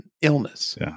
illness